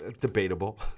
debatable